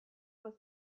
was